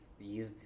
use